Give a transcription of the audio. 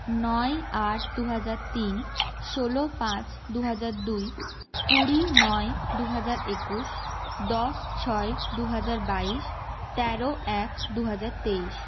নয় আট দু হাজার তিন ষোলো পাঁচ দু হাজার দুই কুড়ি নয় দু হাজার একুশ দশ ছয় দু হাজার বাইশ তেরো এক দু হাজার তেইশ